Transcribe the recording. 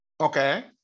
Okay